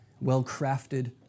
well-crafted